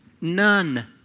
None